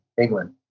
England